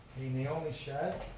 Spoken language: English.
naomi shad.